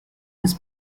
des